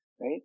right